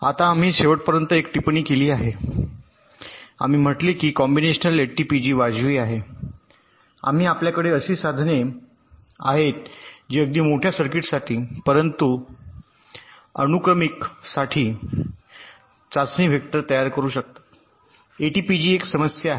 आता आम्ही शेवटपर्यंत एक टिप्पणी केली आम्ही म्हटले की कॉम्बिनेशनल एटीपीजी वाजवी आहे आम्ही आपल्याकडे अशी साधने आहेत जी अगदी मोठ्या सर्किटसाठी परंतु अनुक्रमिक साठी संयुक्त चाचणी वेक्टर तयार करु शकतात एटीपीजी ही एक समस्या आहे